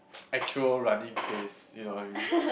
actual running face you know what I mean